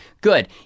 good